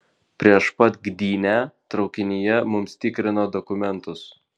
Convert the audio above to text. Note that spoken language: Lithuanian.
prieš pat gdynę traukinyje mums tikrino dokumentus